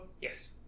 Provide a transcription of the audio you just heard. Yes